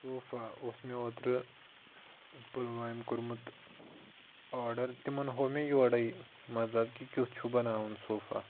sofa اوس مےٚ اوترٕ پُلوامہِ کوٚرمُت آرڈر تِمن ہوو مےٚ یورے مطلب کہِ کیُتھ چھُ بَناوُن صوفا